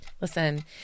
Listen